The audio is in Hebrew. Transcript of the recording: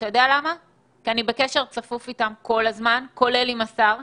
אני עומדת בקשר צפוף עם השר ואיתו,